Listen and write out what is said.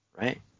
right